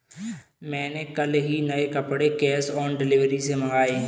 मैंने कल ही नए कपड़े कैश ऑन डिलीवरी से मंगाए